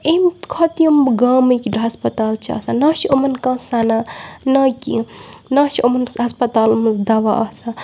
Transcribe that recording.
أمۍ کھۄتہٕ یِم گامٕکۍ ہَسپَتال چھِ آسان نہ چھُ یِمَن کانٛہہ سَنا نہ کینٛہہ نہ چھِ إمَن ہَسپَتالَن منٛز دَوا آسان